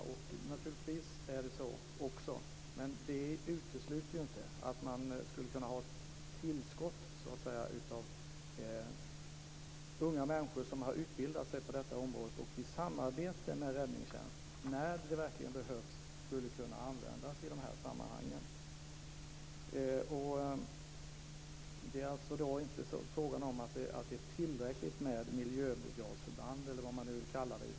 Naturligtvis är det så, men det utesluter inte ett tillskott av unga människor som har utbildat sig på detta område och i samarbete med räddningstjänsten skulle kunna användas i dessa sammanhang när det verkligen behövs. Det är alltså inte frågan om att ett miljöbrigadförband skulle vara tillräckligt.